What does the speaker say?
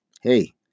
Hey